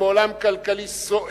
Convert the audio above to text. שלא מבין את זה, שילך לעשות